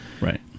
Right